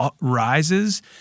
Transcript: rises